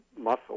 muscle